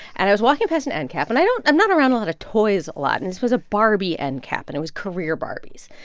and i was walking past an endcap. and i don't i'm not around a lot of toys a lot. and this was a barbie endcap, and it was career barbies.